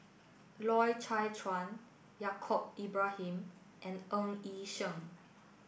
Loy Chye Chuan Yaacob Ibrahim and Ng Yi Sheng